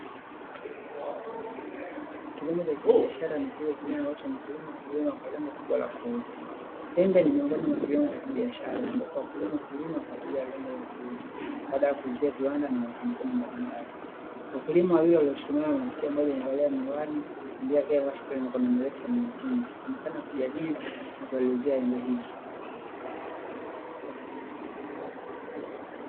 Kilimo cha kibiashara ni kile kijana ambacho mkulima hulima kwa lengo kubwa la kuuza. Embe ni miongoni mwa kilimo cha kibiashara ambacho wakulima hulima kwa ajili ya lengo la kuuza, baada ya kuuzia viwanda na makampuni mbalimbali. Kwa mkulima huyu aliyesimama, kila mmoja amevaa miwani. Mwingine kila aliyevaa shati lenye mikono mirefu na lililofunika, wanaonekana kujadili na kuelezea embe hizi."